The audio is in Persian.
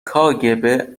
کاگب